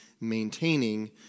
maintaining